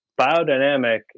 biodynamic